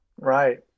right